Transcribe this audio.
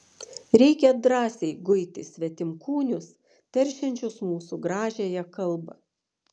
reikia drąsiai guiti svetimkūnius teršiančius mūsų gražiąją kalbą